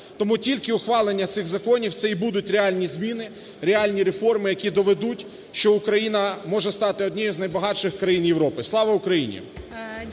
Тому тільки ухвалення цих законів це і будуть реальні зміни, реальні реформи, які доведуть, що Україна може стати однією з найбагатших країн Європи. Слава Україні!